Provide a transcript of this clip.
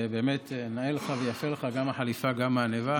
ובאמת, נאה לך ויפה לך, גם החליפה וגם העניבה.